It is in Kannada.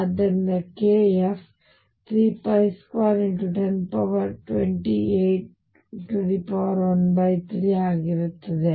ಆದ್ದರಿಂದ kF 32102813 ಆಗಿರುತ್ತದೆ